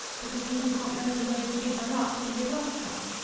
because he did not know the way to give her up when he had lost her.